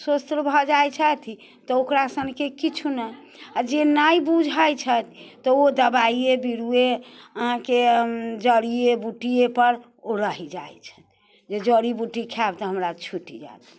सुस्त भऽ जाइ छथि तऽ ओकरा सनके किछु नहि आ जे नहि बुझै छथि तऽ ओ दबाइये बिर्रोये अहाँके जड़ीये बुटियेपर ओ रहि जाइ छथि जे जड़ी बूटी खायब तऽ हमरा छुटि जायत